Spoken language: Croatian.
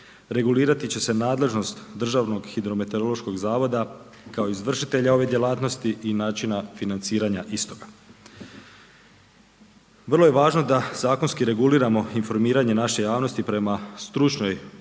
regulirati će se nadležnost Državnog hidrometeorološkog zavoda kao izvršitelja ove djelatnosti i načina financiranja istoga. Vrlo je važno da zakonski reguliramo informiranje naše javnosti prema stručnoj